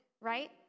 right